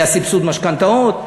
היה סבסוד משכנתאות.